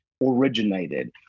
originated